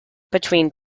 between